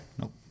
Nope